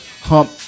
hump